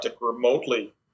remotely